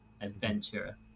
adventurer